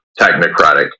technocratic